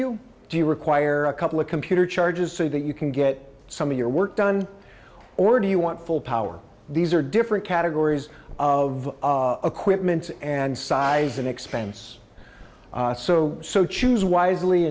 you do you require a couple of computer charges so that you can get some of your work done or do you want full power these are different categories of equipment and size and expense so so choose wisely